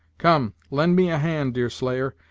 come, lend me a hand, deerslayer,